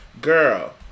Girl